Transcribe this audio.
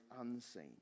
unseen